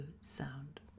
sound